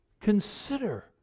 Consider